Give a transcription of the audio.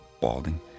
balding